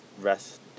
Rest